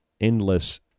endless